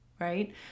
right